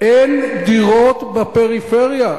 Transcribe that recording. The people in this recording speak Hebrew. אין דירות בפריפריה.